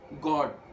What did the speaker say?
God